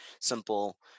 simple